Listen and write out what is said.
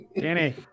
danny